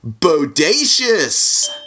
bodacious